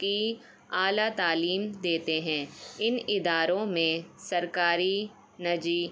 کی اعلیٰ تعلیم دیتے ہیں ان اداروں میں سرکاری نجی